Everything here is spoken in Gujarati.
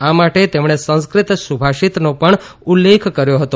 આ માટે તેમણે સંસ્કૃત સુભાષિતનો પણ ઉલ્લેખ કર્યો હતો